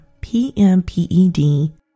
PMPED